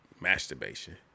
masturbation